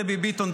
דבי ביטון,